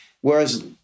Whereas